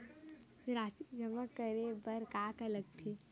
राशि जमा करे बर का का लगथे?